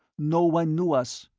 no one knew us.